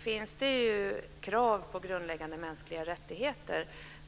finns det krav på grundläggande mänskliga rättigheter.